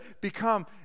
become